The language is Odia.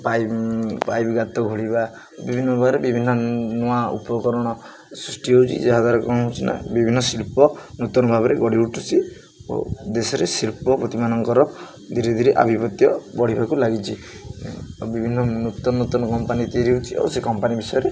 ପାଇପ୍ ପାଇପ୍ ଗାତ ଖୋଳିବା ବିଭିନ୍ନ ଭାବରେ ବିଭିନ୍ନ ନୂଆ ଉପକରଣ ସୃଷ୍ଟି ହେଉଛି ଯାହାଦ୍ୱାରା କ'ଣ ହେଉଛି ନା ବିଭିନ୍ନ ଶିଳ୍ପ ନୂତନ ଭାବରେ ଗଢ଼ି ଉଠୁଛି ଓ ଦେଶରେ ଶିଳ୍ପପତିମାନଙ୍କର ଧୀରେ ଧୀରେ ଆଧିପତ୍ୟ ବଢ଼ିବାକୁ ଲାଗିଛି ଆଉ ବିଭିନ୍ନ ନୂତନ ନୂତନ କମ୍ପାନୀ ତିଆରି ହେଉଛି ଆଉ ସେ କମ୍ପାନୀ ବିଷୟରେ